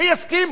מי יסכים